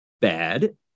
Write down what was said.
bad